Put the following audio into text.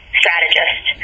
strategist